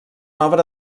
obra